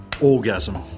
Orgasm